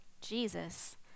Jesus